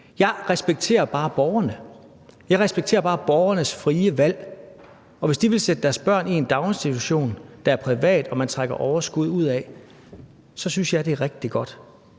Jeg respekterer bare borgernes frie valg, og hvis de vil sætte deres børn i en daginstitution, som er privat, og man trækker overskud ud af den, så synes jeg, det er rigtig godt.